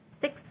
six